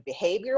behavioral